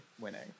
winning